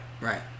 right